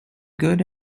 good